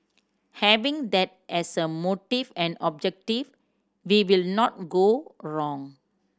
having that as a motive and objective we will not go wrong